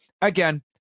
again